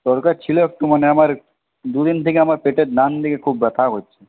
দরকার ছিল একটু মানে আমার দুদিন থেকে আমার পেটের ডানদিকে খুব ব্যথা করছে